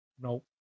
Nope